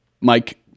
Mike